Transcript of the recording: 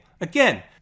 Again